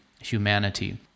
humanity